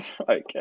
Okay